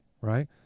right